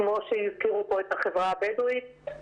כמו שהזכירו פה את החברה הבדואית,